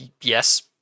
Yes